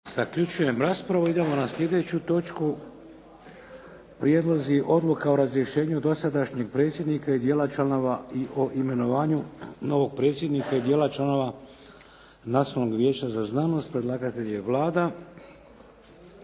Vladimir (HDZ)** Idemo na slijedeću točku –- Prijedlozi Odluka o razrješenju dosadašnjeg predsjednika i dijela članova i o imenovanju novog predsjednika i dijela članova Nacionalnog vijeća za znanost – Predlagatelj: Vlada